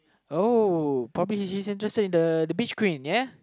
oh probably he's interested in the the beach cream ya